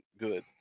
good